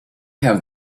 have